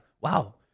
wow